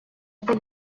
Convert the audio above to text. это